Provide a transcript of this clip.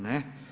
Ne.